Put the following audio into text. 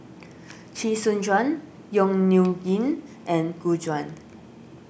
Chee Soon Juan Yong Nyuk Lin and Gu Juan